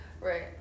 Right